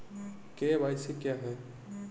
KYC क्या है?